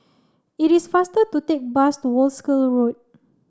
it is faster to take bus to Wolskel Road